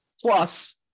Plus